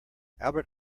albert